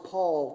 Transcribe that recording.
Paul